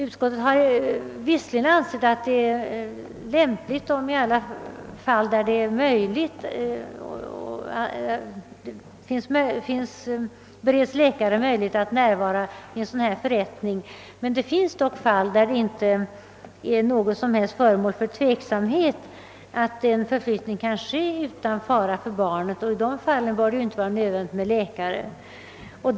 Utskottet har visserligen ansett att det är lämpligt om läkare i alla fall där så är möjligt bereds tillfälle att närvara vid en förrättning av detta slag, men det finns dock fall där det inte föreligger något som helst tvivel om att en förflyttning kan ske utan fara för barnet, och då bör det inte vara nödvändigt med läkares närvaro.